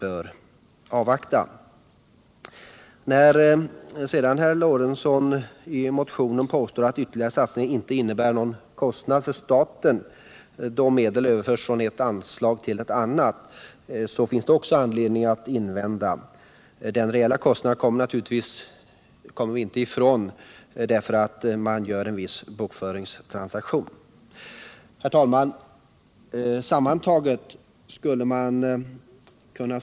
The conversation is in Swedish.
Mot Gustav Lorentzons påstående i motionen att ytterligare insatser inte innebär någon kostnad för staten eftersom medel överförs från ett anslag till ett annat finns det också anledning att invända. Den reella kostnaden kommer vi inte ifrån för att vi gör en viss bokföringstran 121 saktion.